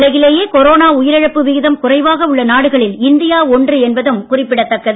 உலகிலேயே கொரோனா உயிரிழப்பு விகிதம் குறைவாக உள்ள நாடுகளில் இந்தியா ஒன்று என்பதும் குறிப்பிடதக்கது